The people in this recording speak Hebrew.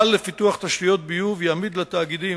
המינהל לפיתוח תשתיות ביוב יעמיד לתאגידים